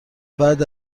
بعد